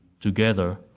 together